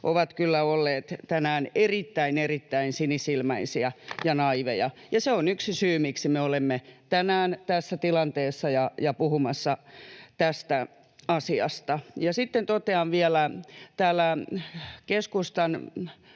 kyllä olleet tänään erittäin, erittäin sinisilmäisiä ja naiiveja, ja se on yksi syy, miksi me olemme tänään tässä tilanteessa ja puhumassa tästä asiasta. Sitten totean vielä: Täällä keskustan